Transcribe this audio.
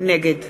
נגד